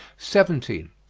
seventeen.